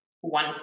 one